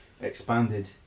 expanded